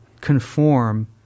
conform